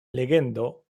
legendo